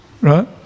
right